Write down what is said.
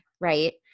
right